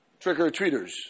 trick-or-treaters